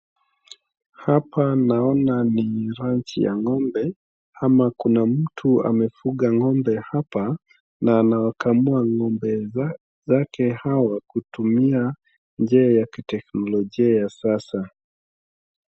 Hapa naona ni ranch ya ng'ombe ama kuna mtu anefuga ng'ombe hapa na anawakamua ng'ombe zake hawa kutumia njia ya ki teknolojia ya kisasa.